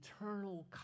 eternal